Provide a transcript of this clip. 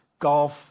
golf